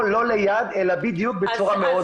לא ליד, אלא בדיוק בצורה מאוד ברורה.